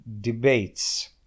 debates